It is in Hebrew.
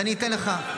אז אני אתן לך,